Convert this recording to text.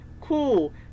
cool